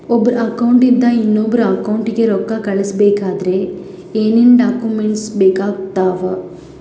ಒಬ್ಬರ ಅಕೌಂಟ್ ಇಂದ ಇನ್ನೊಬ್ಬರ ಅಕೌಂಟಿಗೆ ರೊಕ್ಕ ಕಳಿಸಬೇಕಾದ್ರೆ ಏನೇನ್ ಡಾಕ್ಯೂಮೆಂಟ್ಸ್ ಬೇಕಾಗುತ್ತಾವ?